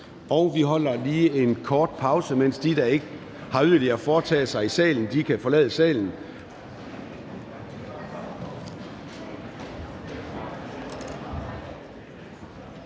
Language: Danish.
Vi holder lige en kort pause, så de, der ikke har yderligere at foretage i salen, kan forlade salen.